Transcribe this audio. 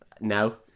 no